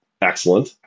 excellent